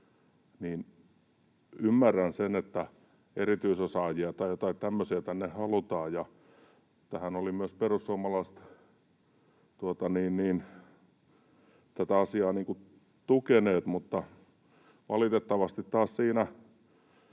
Ymmärrän sen, että erityisosaajia tai joitain tämmöisiä tänne halutaan, ja tätä asiaa olivat myös perussuomalaiset tukeneet. Mutta valitettavasti taas siinä